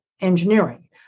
engineering